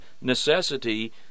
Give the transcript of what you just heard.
necessity